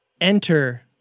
Enter